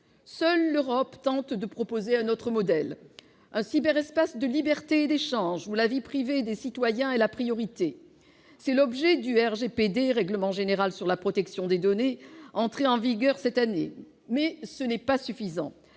Seule l'Europe tente de proposer un autre modèle : celui d'un cyberespace de liberté et d'échange, où le respect de la vie privée des citoyens est la priorité. C'est l'objet du RGPD, le règlement général sur la protection des données, entré en vigueur cette année. Mais cet effort n'est pas suffisant.